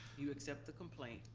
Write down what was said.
you accept the complaint,